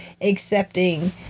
accepting